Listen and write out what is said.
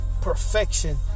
perfection